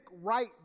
right